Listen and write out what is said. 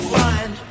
find